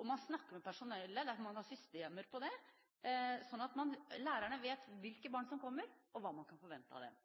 og man snakker med personalet – man har systemer for det – slik at lærerne vet hvilke barn som kommer, og hva man kan forvente av dem.